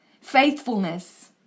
faithfulness